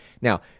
Now